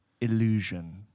Illusion